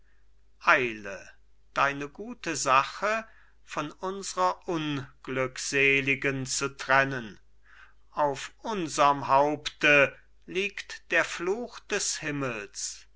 eile deine gute sache von unsrer unglückseligen zu trennen auf unserm haupte liegt der fluch des himmels